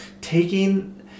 taking